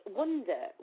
wonder